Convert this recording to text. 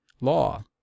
Law